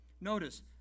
Notice